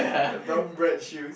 brown bread shoe